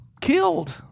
killed